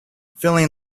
feeling